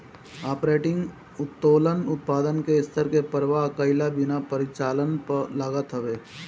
operating उत्तोलन उत्पादन के स्तर के परवाह कईला बिना परिचालन पअ लागत हवे